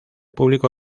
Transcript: público